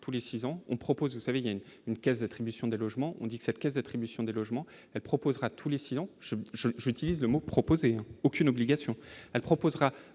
tous les 6 ans on proposé sa vie, il y a une une caisse d'attribution des logements, on dit que cette caisse d'attribution des logements, elle proposera tous les 6 ans, je, je, je, utilise le mot proposé aucune obligation, elle proposera